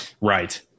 Right